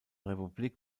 republik